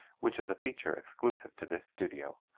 which is a feature exclusive to this studio,